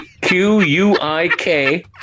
Q-U-I-K